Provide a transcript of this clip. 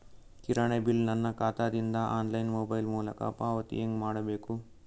ಕಿರಾಣಿ ಬಿಲ್ ನನ್ನ ಖಾತಾ ದಿಂದ ಆನ್ಲೈನ್ ಮೊಬೈಲ್ ಮೊಲಕ ಪಾವತಿ ಹೆಂಗ್ ಮಾಡಬೇಕು?